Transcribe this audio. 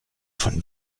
von